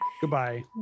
Goodbye